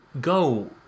go